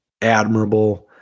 admirable